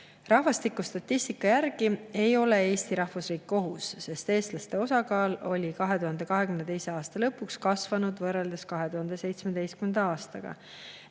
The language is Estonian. Rahvastikustatistika järgi ei ole Eesti rahvusriik ohus, sest eestlaste osakaal oli 2022. aasta lõpuks võrreldes 2017. aastaga